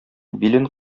билен